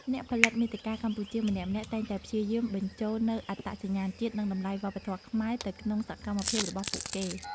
អ្នកផលិតមាតិកាកម្ពុជាម្នាក់ៗតែងតែព្យាយាមបញ្ចូលនូវអត្តសញ្ញាណជាតិ និងតម្លៃវប្បធម៌ខ្មែរទៅក្នុងសកម្មភាពរបស់ពួកគេ។